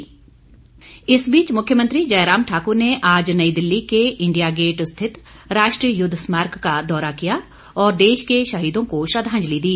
श्रद्धाजंलि इस बीच मुख्यमंत्री जयराम ठाकुर ने आज नई दिल्ली के इंडिया गेट स्थित राष्ट्रीय युद्ध स्मारक का दौरा किया और देश के शहीदों को श्रद्वाजंलि दी